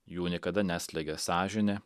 jų niekada neslėgia sąžinė